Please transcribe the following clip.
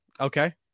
okay